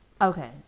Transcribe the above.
Okay